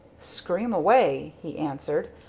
scream away! he answered.